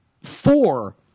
Four